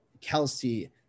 Kelsey